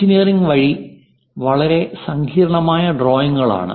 engineering വഴി വളരെ സങ്കീർണ്ണമായ ഡ്രോയിംഗുകളാണ്